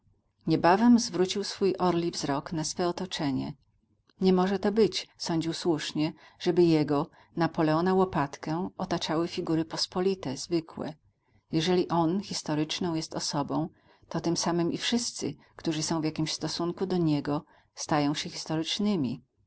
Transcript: niebawem zwrócił swój orli wzrok na swe otoczenie nie może to być sądził słusznie żeby jego napoleona łopatkę otaczały figury pospolite zwykłe jeżeli on historyczną jest osobą to tym samym i wszyscy którzy są w jakimś stosunku do niego stają się historycznymi